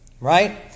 Right